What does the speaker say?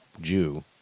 Jew